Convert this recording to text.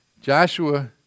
Joshua